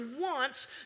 wants